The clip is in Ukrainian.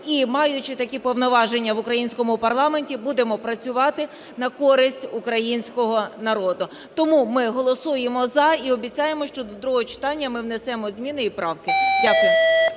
і, маючи такі повноваження в українському парламенті, будемо працювати на користь українського народу. Тому ми голосуємо "за" і обіцяємо, що до другого читання ми внесемо зміни і правки. Дякую.